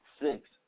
six